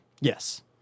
Yes